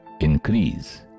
increase